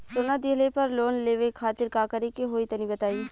सोना दिहले पर लोन लेवे खातिर का करे क होई तनि बताई?